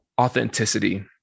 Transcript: authenticity